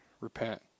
Repent